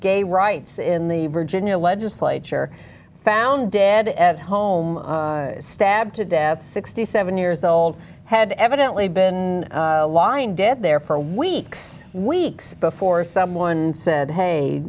gay rights in the virginia legislature found dead at home stabbed to death sixty seven years old had evidently been lying dead there for weeks weeks before someone said hey